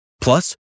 Plus